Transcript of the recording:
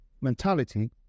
Mentality